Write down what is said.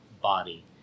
body